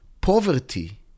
poverty